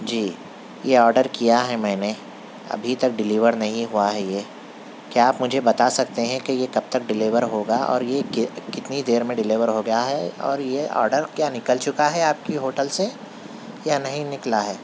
جی یہ آڈر کیا ہے میں نے ابھی تک ڈلیور نہیں ہُوا ہے یہ کیا آپ مجھے بتا سکتے ہیں کہ یہ کب تک ڈلیور ہوگا اور یہ کے کتنی دیر میں ڈلیور ہو گیا ہے اور یہ آڈر کیا نکل چکا ہے آپ کی ہوٹل سے یا نہیں نکلا ہے